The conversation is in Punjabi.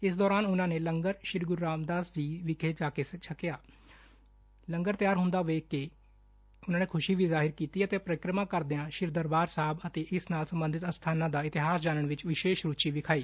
ਇਸ ਦੌਰਾਨ ਉਨੂਾ ਨੇ ਲੰਗਰ ਸ੍ਰੀ ਗੁਰੁ ਰਾਮਦਾਸ ਜੀ ਵਿਖੇ ਜਾ ਕੇ ਲੰਗਰ ਤਿਆਰ ਹੂੰਦਾ ਵੇਖ ਕੇ ਖੁਸ਼ੀ ਜਾਹਰ ਕੀਤੀ ਅਤੇ ਅਤੇ ਪਰਿਕ੍ਮਾ ਕਰਦਿਆਂ ਸ੍ਰੀ ਦਰਬਾਰ ਸਾਹਿਬ ਅਤੇ ਇਸ ਨਾਲ ਸਬੰਧਤ ਅਸਬਾਨਾਂ ਦਾ ਇਤਿਹਾਸ ਜਾਣਨ ਵਿਚ ਵਿਸ਼ੇਸ਼ ਰੂਚੀ ਦਿਖਾਈ